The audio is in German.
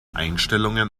einstellungen